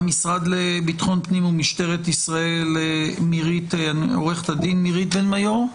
מהמשרד לביטחון פנים ומשטרת ישראל נמצאים עורכת הדין מירית בן מיור,